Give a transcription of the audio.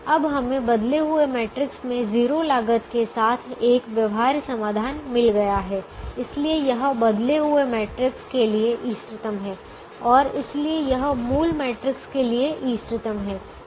अब हमें बदले हुए मैट्रिक्स में 0 लागत के साथ एक व्यवहार्य समाधान मिल गया है इसलिए यह बदले हुए मैट्रिक्स के लिए इष्टतम है और इसलिए यह मूल मैट्रिक्स के लिए इष्टतम है